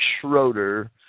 Schroeder